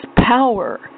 power